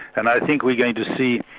and i think we're going to see,